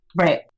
Right